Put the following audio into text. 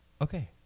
Okay